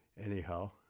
Anyhow